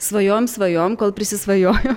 svajojom svajojom kol prisisvajojom